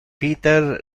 peter